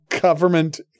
Government